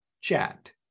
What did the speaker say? chat